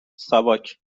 ساواک